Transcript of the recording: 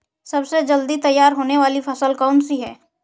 सबसे जल्दी तैयार होने वाली फसल कौन सी है?